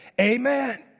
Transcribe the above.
Amen